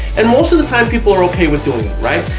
and most of the time people are okay with doing it, right,